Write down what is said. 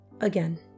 Again